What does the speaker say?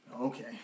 Okay